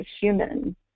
human